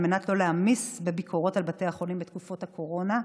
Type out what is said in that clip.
על מנת שלא להעמיס בביקורות על בתי החולים בתקופת הקורונה.